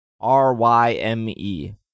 R-Y-M-E